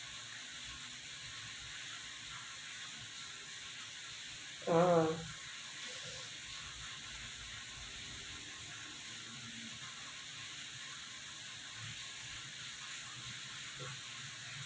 uh